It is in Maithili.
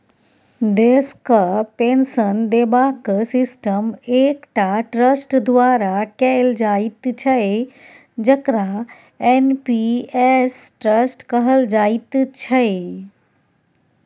देशक पेंशन देबाक सिस्टम एकटा ट्रस्ट द्वारा कैल जाइत छै जकरा एन.पी.एस ट्रस्ट कहल जाइत छै